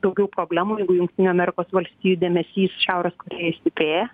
daugiau problemų jeigu jungtinių amerikos valstijų dėmesys šiaurės korėjai stiprėja